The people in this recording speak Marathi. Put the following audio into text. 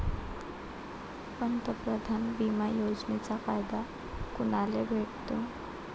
पंतप्रधान बिमा योजनेचा फायदा कुनाले भेटतो?